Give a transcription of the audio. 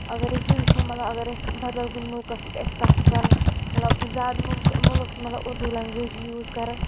اَگر أزۍ یہِ وٕچھو مَطلَب اَگر أسۍ بَدَل کُنہِ مٔلکَس آسہِ کَتھ کَرٕنۍ مَطلَب زِیادٕ مُلکہٕ مُلُک مَطلَب اردوٗ لیٚنگویج یوٗز کَران